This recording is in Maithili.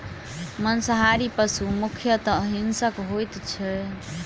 मांसाहारी पशु मुख्यतः हिंसक होइत छै